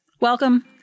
Welcome